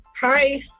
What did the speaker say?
Hi